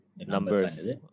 numbers